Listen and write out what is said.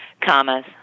Commas